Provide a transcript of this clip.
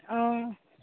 ও